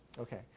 okay